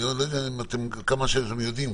אני לא יודע כמה אתם יודעים,